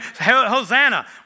Hosanna